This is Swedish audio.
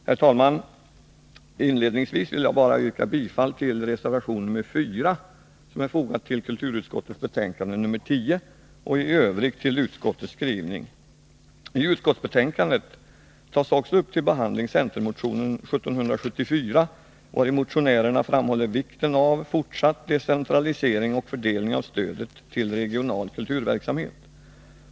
Herr talman! Inledningsvis vill jag yrka bifall till reservation nr 4, som är fogad till kulturutskottets betänkande nr 10, och i övrigt till utskottets skrivning. I utskottsbetänkandet tas bl.a. upp till behandling centermotionen 1774, vari motionärerna framhåller vikten av fortsatt decentralisering och fördelning av stödet till regional kulturverksamhet.